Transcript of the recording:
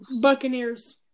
Buccaneers